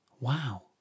wow